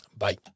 Bye